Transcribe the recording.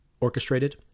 orchestrated